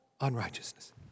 unrighteousness